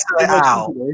out